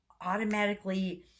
automatically